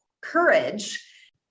courage